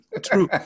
True